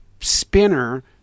spinner